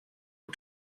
oer